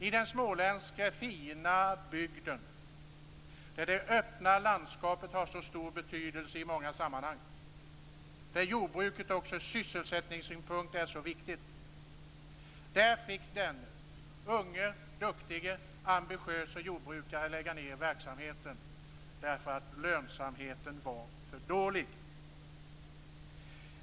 I den fina småländska bygden, där det öppna landskapet har så stor betydelse i många sammanhang, där jordbruket också ur sysselsättningssynpunkt är så viktigt, fick den unge, duktige och ambitiöse jordbrukaren lägga ned verksamheten därför att lönsamheten var för dålig.